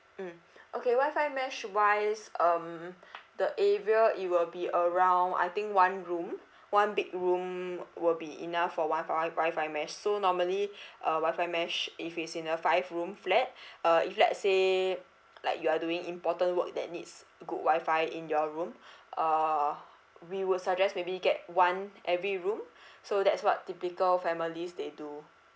mm okay wifi mesh wise um the area it will be around I think one room one big room will be enough for one fiwi wifi mesh so normally uh wifi mesh if it's in a five room flat uh if let's say like you are doing important work that needs good wifi in your room uh we would suggest maybe get one every room so that's what typical families they do